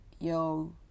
yo